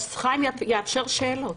אבל כשחיים יאפשר שאלות.